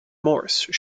morse